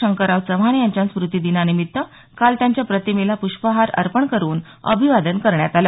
शंकरराव चव्हाण यांच्या स्मृति दिनानिमित्त काल त्यांच्या प्रतिमेला प्रष्पहार अर्पण करून अभिवादन करण्यात आलं